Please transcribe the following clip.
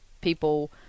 people